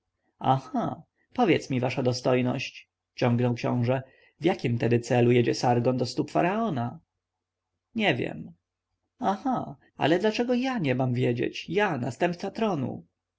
aha powiedzże mi wasza dostojność ciągnął książę w jakim tedy celu jedzie sargon do stóp faraona nie wiem aha ale dlaczego ja nie mam wiedzieć ja następca tronu